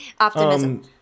optimism